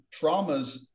traumas